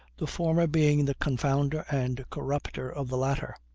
the former being the confounder and corrupter of the latter.